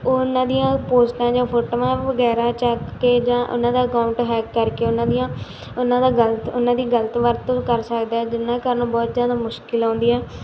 ਉਹਨਾਂ ਦੀਆਂ ਪੋਸਟਾਂ ਜਾ ਫੋਟੋਆਂ ਵਗੈਰਾ ਚੁੱਕ ਕੇ ਜਾਂ ਉਹਨਾਂ ਦਾ ਅਕਾਊਂਟ ਹੈਕ ਕਰਕੇ ਉਹਨਾਂ ਦੀਆਂ ਉਹਨਾਂ ਦਾ ਗਲਤ ਉਹਨਾਂ ਦੀ ਗਲਤ ਵਰਤੋਂ ਕਰ ਸਕਦਾ ਜਿੰਨ੍ਹਾਂ ਕਾਰਣ ਉਹ ਬਹੁਤ ਜ਼ਿਆਦਾ ਮੁਸ਼ਕਿਲ ਆਉਂਦੀ ਹੈ